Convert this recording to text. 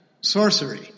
sorcery